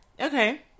Okay